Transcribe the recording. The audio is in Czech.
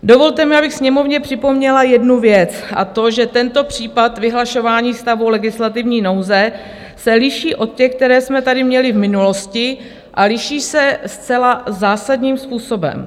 Dovolte mi, abych Sněmovně připomněla jednu věc, a to je to, že tento případ vyhlašování stavu legislativní nouze se liší od těch, které jsme tady měli v minulosti, a liší se zcela zásadním způsobem.